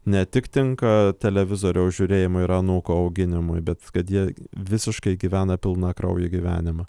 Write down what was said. ne tik tinka televizoriaus žiūrėjimo ir anūkų auginimui bet kad jie visiškai gyvena pilnakraujį gyvenimą